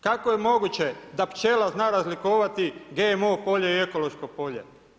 Kako je moguće da pčela zna razlikovati GMO polje i ekološko polje?